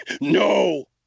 No